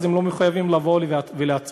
אז הם לא מחויבים לבוא ולהצביע,